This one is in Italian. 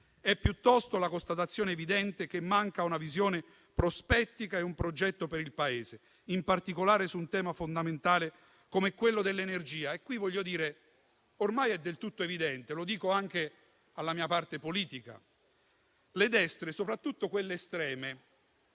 piuttosto la constatazione evidente che manca una visione prospettica e un progetto per il Paese, in particolare su un tema fondamentale come quello dell'energia. A tale proposito voglio dire che ormai è del tutto evidente - lo dico anche alla mia parte politica - che le destre, soprattutto quelle estreme